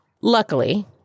Luckily